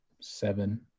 seven